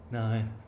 nine